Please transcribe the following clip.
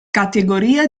categoria